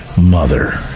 mother